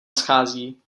schází